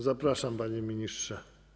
Zapraszam, panie ministrze.